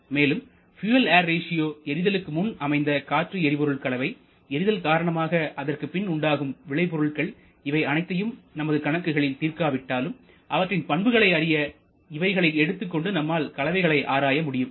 மேலும் fuel air ratio எரிதலுக்கு முன் அமைந்த காற்று எரிபொருள் கலவைஎரிதல் காரணமாக அதற்குப் பின் உண்டாகும் விளைபொருள்கள் இவை அனைத்தையும் நமது கணக்குகளில் தீர்க்காவிட்டாலும் அவற்றின் பண்புகளை அறிய இவைகளை எடுத்துக்கொண்டு நம்மால் கலவைகளை ஆராய முடியும்